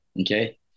okay